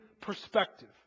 perspective